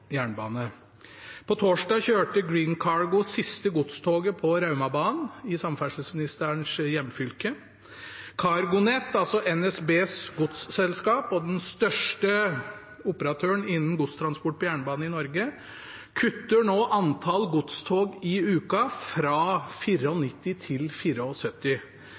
jernbane. På torsdag kjørte Green Cargo det siste godstoget på Raumabanen i samferdselsministerens hjemfylke. CargoNet, altså NSBs godsselskap og den største operatøren innen godstransport på jernbane i Norge, kutter nå antall godstog i uka fra 94 til